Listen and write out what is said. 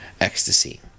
Ecstasy